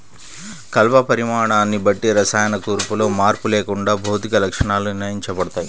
కలప పరిమాణాన్ని బట్టి రసాయన కూర్పులో మార్పు లేకుండా భౌతిక లక్షణాలు నిర్ణయించబడతాయి